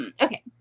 Okay